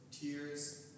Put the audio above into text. tears